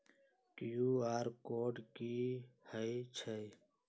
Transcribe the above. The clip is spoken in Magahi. कियु.आर कोड कि हई छई?